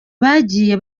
bagiye